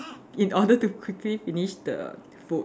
in order to quickly finish the food